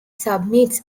submits